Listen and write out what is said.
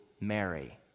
Mary